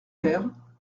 air